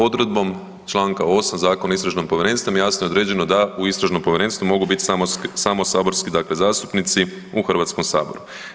Odredbom Članka 8. Zakona o istražnom povjerenstvu jasno je određeno da u istražnom povjerenstvu mogu biti samo saborski dakle zastupnici u Hrvatskom saboru.